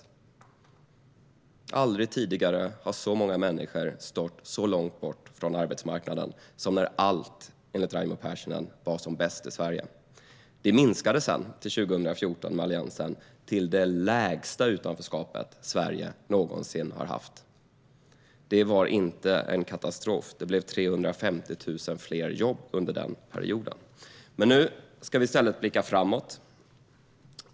Aldrig tidigare har så många människor stått så långt bort från arbetsmarknaden som när allt, enligt Raimo Pärssinen, var som bäst i Sverige. Antalet minskade sedan under Alliansen till 2014 till det lägsta antalet i utanförskap som Sverige någonsin har haft. Det var inte en katastrof, utan det blev 350 000 fler jobb under den perioden. Nu ska vi i stället blicka framåt.